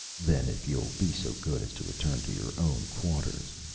then if you'll be so good as to return to your own quarters,